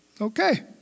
Okay